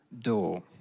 door